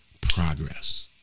progress